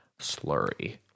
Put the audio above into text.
Slurry